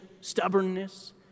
stubbornness